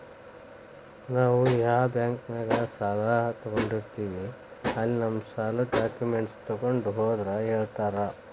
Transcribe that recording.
ನಾವ್ ಯಾ ಬಾಂಕ್ನ್ಯಾಗ ಸಾಲ ತೊಗೊಂಡಿರ್ತೇವಿ ಅಲ್ಲಿ ನಮ್ ಸಾಲದ್ ಡಾಕ್ಯುಮೆಂಟ್ಸ್ ತೊಗೊಂಡ್ ಹೋದ್ರ ಹೇಳ್ತಾರಾ